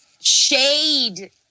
shade